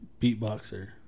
beatboxer